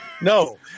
No